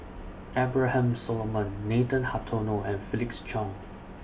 Abraham Solomon Nathan Hartono and Felix Cheong